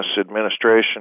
Administration